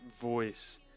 voice